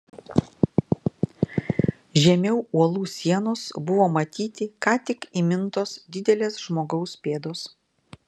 žemiau uolų sienos buvo matyti ką tik įmintos didelės žmogaus pėdos